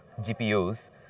GPUs